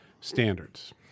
standards